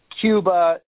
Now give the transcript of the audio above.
Cuba